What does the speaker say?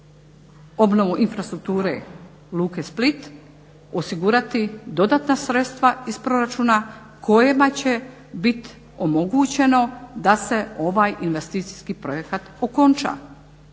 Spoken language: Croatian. obnovu infrastrukture Luke Split osigurati dodatna sredstva iz proračuna kojima će bit omogućeno da se ovaj investicijski projekat okonča.